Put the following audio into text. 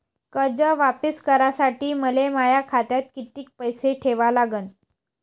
कर्ज वापिस करासाठी मले माया खात्यात कितीक पैसे ठेवा लागन?